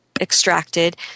extracted